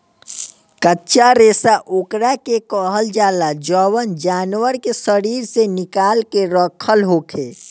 कच्चा रेशा ओकरा के कहल जाला जवन जानवर के शरीर से निकाल के रखल होखे